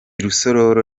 rusororo